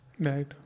right